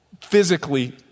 physically